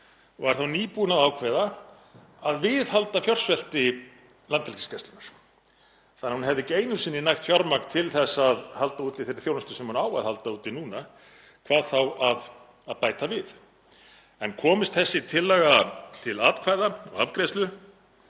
var þá nýbúinn að ákveða að viðhalda fjársvelti Landhelgisgæslunnar, hún hefði ekki einu sinni nægt fjármagn til að halda úti þeirri þjónustu sem hún á að halda úti núna, hvað þá að bæta við. Komist þessi tillaga til atkvæða og afgreiðslu